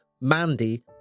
Mandy